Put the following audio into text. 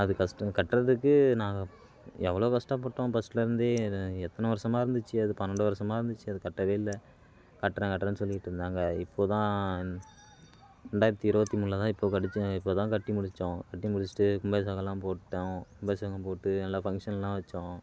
அது கஷ்டம் கட்டுறதுக்கு நாங்கள் எவ்வளோ கஷ்டப்பட்டோம் ஃபர்ஸ்ட்டில் இருந்தே என எத்தனை வருஷமாக இருந்துச்சு அது பன்னெண்டு வருஷமாக இருந்துச்சு அது கட்டவே இல்லை கட்டுறேன் கட்டுறேன்னு சொல்லிகிட்டு இருந்தாங்க இப்போது தான் ரெண்டாயிரத்தி இருபத்தி மூணில் தான் இப்போது கட்டிச்சே இப்போ தான் கட்டி முடித்தோம் கட்டி முடிச்சுட்டு கும்பாபிஷேகம்ல போட்டோம் கும்பாபிஷேகம் போட்டு நல்ல ஃபங்க்ஷன்லாம் வச்சோம்